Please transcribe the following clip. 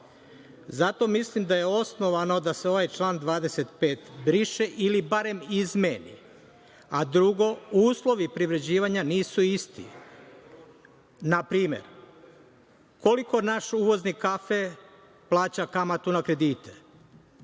Zato mislim da je osnovano da se ovaj član 25. briše ili barem izmeni. Drugo, uslovi privređivanja nisu isti. Na primer, koliko naš uvoznik kafe plaća kamatu na kredite?